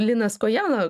linas kojala